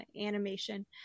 animation